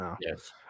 Yes